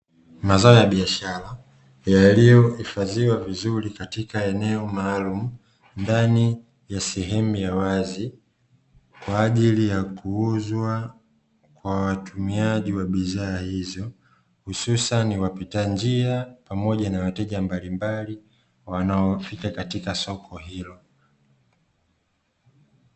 Mazao ya biashara yaliyohifadhiwa vizuri katika eneo maalumu ndani ya sehemu ya wazi, kwa ajili ya kuuzwa kwa watumiaji wa bidhaa hizo hususani wapita njia pamoja na wateja mbalimbali wanaofika katika soko hilo.